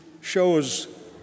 shows